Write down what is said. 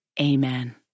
Amen